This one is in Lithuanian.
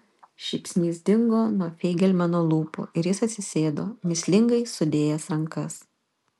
šypsnys dingo nuo feigelmano lūpų ir jis atsisėdo mįslingai sudėjęs rankas